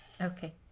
Okay